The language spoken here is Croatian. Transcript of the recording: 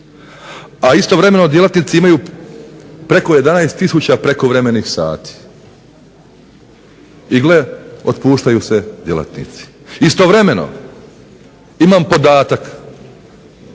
a istovremeno djelatnici imaju preko 11 tisuća prekovremenih sati i gle otpuštaju se djelatnici. Istovremeno imam podatak